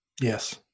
Yes